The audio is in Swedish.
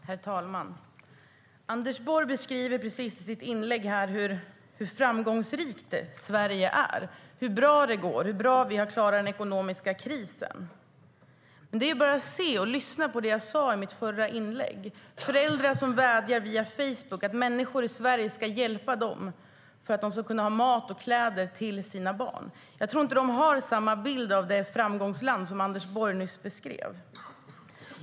Herr talman! Anders Borg beskriver i sitt inlägg hur framgångsrikt Sverige är - hur bra det går och hur väl vi har klarat den ekonomiska krisen. Men det är bara att lyssna på det jag sade i mitt förra inlägg: Föräldrar vädjar via Facebook att människor i Sverige ska hjälpa dem för att de ska kunna ha mat och kläder till sina barn. Jag tror inte att de har samma bild av det framgångsland som Anders Borg nyss beskrev.